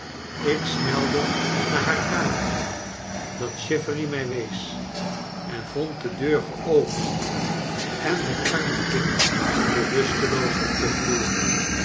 ik snelde naar haar kamertje dat chivery mij wees en vond de deur geopend en het arme kind bewusteloos op den vloer